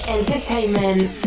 Entertainment